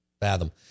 fathom